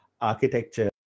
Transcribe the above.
architecture